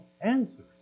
answers